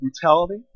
brutality